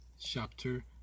chapter